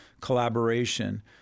collaboration